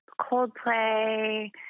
Coldplay